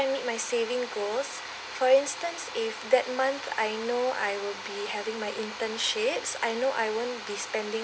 meet my saving goals for instance if that month I know I will be having my internship I know I won't be spending